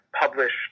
published